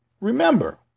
Remember